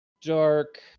dark